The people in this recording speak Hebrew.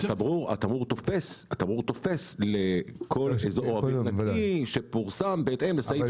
התמרור תופס לכל איזור אוויר נקי שפורסם בהתאם לסעיף